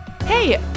Hey